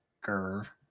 Curve